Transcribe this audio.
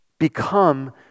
Become